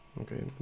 Okay